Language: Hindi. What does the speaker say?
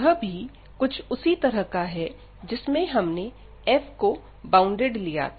यह भी कुछ उसी तरह का है जिसमें हमने f को बॉउंडेड लिया था